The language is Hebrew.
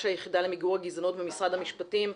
היחידה למיגור הגזענות במשרד המשפטים,